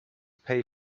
pay